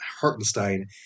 Hartenstein